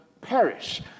perish